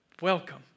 Welcome